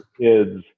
kids